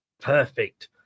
Perfect